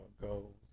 goals